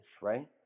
right